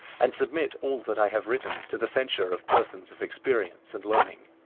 and submit all that i have written to the censure of persons of experience and learning.